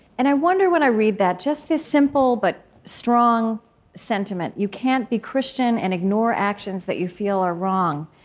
and i wonder when i read that just this simple, but strong sentiment, you can't be christian and ignore actions that you feel are wrong,